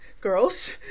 girls